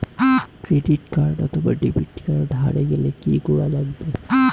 Credit card অথবা debit card হারে গেলে কি করা লাগবে?